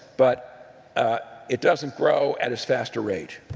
but it doesn't grow at as fast a rate,